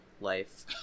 life